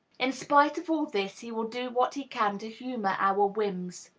in spite of all this, he will do what he can to humor our whims.